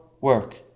work